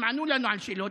הם ענו לנו על שאלות.